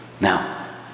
Now